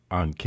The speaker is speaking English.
on